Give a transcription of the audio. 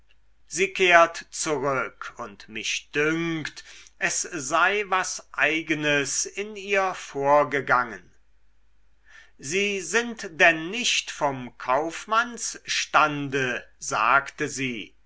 sie kehrt zurück und mich dünkt es sei was eigenes in ihr vorgegangen sie sind denn nicht vom kaufmannsstande sagte sie